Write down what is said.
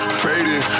faded